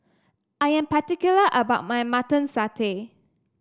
I am particular about my Mutton Satay